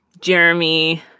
Jeremy